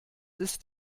ist